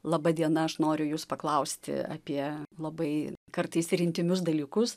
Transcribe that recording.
laba diena aš noriu jus paklausti apie labai kartais ir intymius dalykus